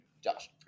Josh